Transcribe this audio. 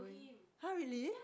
!huh! really